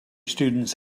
students